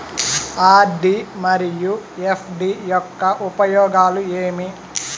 RD మరియు FD యొక్క ఉపయోగాలు ఏమి?